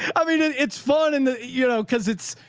i mean, and it's fun. and the, you know, cause it's,